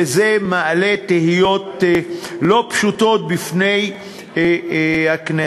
וזה מעלה תהיות לא פשוטות בפני הכנסת.